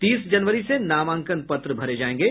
तीस जनवरी से नामांकन पत्र भरे जायेंगे